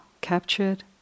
captured